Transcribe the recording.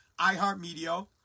iHeartMedia